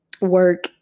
work